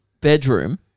bedroom